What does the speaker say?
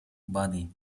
body